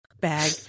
bag